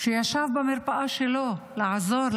שישב במרפאה שלו לעזור,